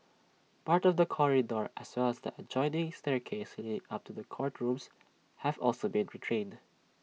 part of the corridor as well as the adjoining staircase leading up to the courtrooms have also been retained